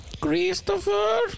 Christopher